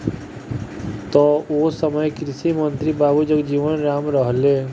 तब ओ समय कृषि मंत्री बाबू जगजीवन राम रहलें